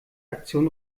aktion